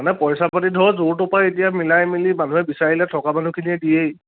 মানে পইচা পাতি ধৰ য'ৰ ত'ৰপৰা এতিয়া মিলাই মিলি মানুহে বিচাৰিলৈ থকা মানুহখিনিয়েই দিয়েই